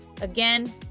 again